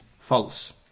false